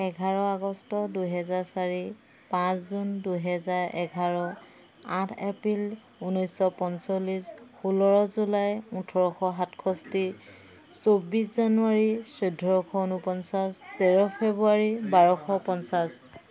এঘাৰ আগষ্ট দুহেজাৰ চাৰি পাঁচ জুন দুহেজাৰ এঘাৰ আঠ এপ্ৰিল ঊনৈছশ পঞ্চল্লিছ ষোল্ল জুলাই ওঠৰশ সাতষষ্ঠি চৌব্বিছ জানুৱাৰী চৈধ্যশ ঊনপঞ্চাছ তেৰ ফেব্ৰুৱাৰী বাৰশ পঞ্চাছ